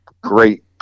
great